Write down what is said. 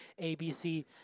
ABC